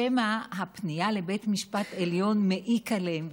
שמא הפנייה לבית המשפט העליון מעיקה עליהם.